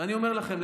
ואני אומר לכם,